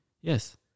Yes